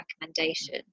recommendation